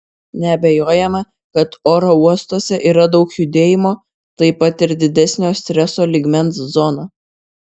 neabejojama kad oro uostuose yra daug judėjimo taip pat ir didesnio streso lygmens zona